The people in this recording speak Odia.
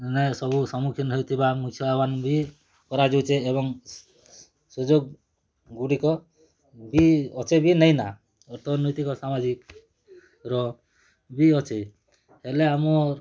ନେ ସବୁ ସମ୍ମୁଖୀନ ହୋଇଥିବା କରା ଯଉଛେ ଏବଂ ସୁଯୋଗ ଗୁଡ଼ିକ ବି ଅଛେ ବି ନାଇଁ ନା ଅର୍ଥନୈତିକ ସାମାଜିକ୍ର ବି ଅଛେ ହେଲେ ଆମର୍